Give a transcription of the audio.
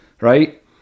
right